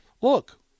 look